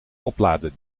oplader